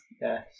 Yes